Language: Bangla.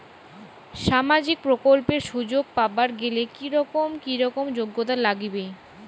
সামাজিক প্রকল্পের সুযোগ পাবার গেলে কি রকম কি রকম যোগ্যতা লাগিবে?